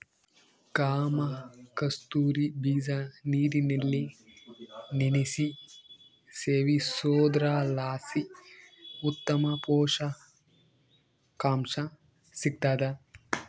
ಕಾಮಕಸ್ತೂರಿ ಬೀಜ ನೀರಿನಲ್ಲಿ ನೆನೆಸಿ ಸೇವಿಸೋದ್ರಲಾಸಿ ಉತ್ತಮ ಪುಷಕಾಂಶ ಸಿಗ್ತಾದ